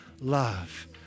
love